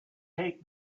take